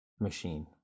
machine